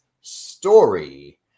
story